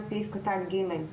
לסעיף קטן (ג).